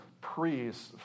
priests